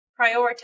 prioritize